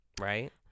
right